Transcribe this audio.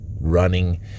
running